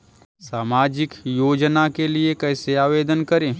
सामाजिक योजना के लिए कैसे आवेदन करें?